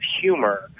humor